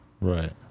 Right